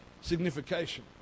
signification